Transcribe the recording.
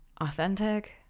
authentic